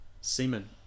Seaman